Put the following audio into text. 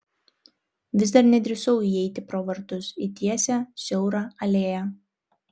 vis dar nedrįsau įeiti pro vartus į tiesią siaurą alėją